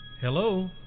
Hello